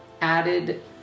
added